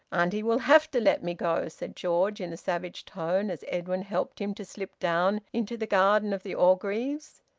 auntie will have to let me go, said george, in a savage tone, as edwin helped him to slip down into the garden of the orgreaves.